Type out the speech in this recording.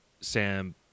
Sam